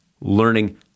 learning